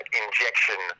injection